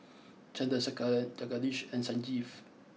Chandrasekaran Jagadish and Sanjeev